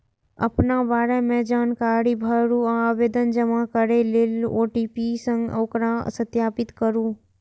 अपना बारे मे जानकारी भरू आ आवेदन जमा करै लेल ओ.टी.पी सं ओकरा सत्यापित करू